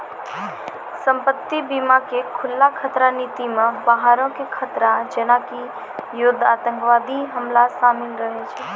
संपत्ति बीमा के खुल्ला खतरा नीति मे बाहरो के खतरा जेना कि युद्ध आतंकबादी हमला शामिल रहै छै